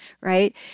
right